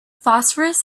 phosphorus